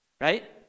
Right